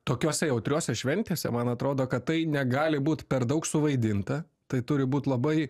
tokiose jautriose šventėse man atrodo kad tai negali būt per daug suvaidinta tai turi būt labai